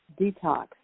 detox